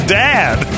dad